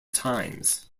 times